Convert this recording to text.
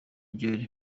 deejay